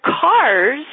cars